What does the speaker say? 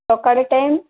ସକାଳେ ଟାଇମ୍